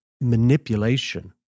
manipulation